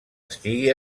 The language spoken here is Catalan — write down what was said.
estigui